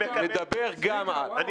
נדבר גם על --- סליחה,